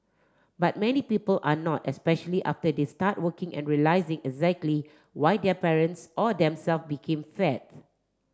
but many people are not especially after they start working and realising exactly why their parents or them self became fat